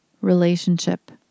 relationship